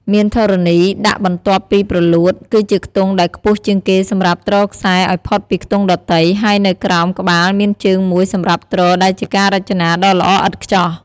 មានធរណី ដាក់បន្ទាប់ពីព្រលួត គឺជាខ្ទង់ដែលខ្ពស់ជាងគេសម្រាប់ទ្រខ្សែឱ្យផុតពីខ្ទង់ដទៃ ហើយនៅក្រោម ក្បាលមានជើងមួយសម្រាប់ទ្រដែលជាការរចនាដ៏ល្អឥតខ្ចោះ។